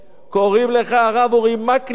קוראים לך הרב אורי מקלב.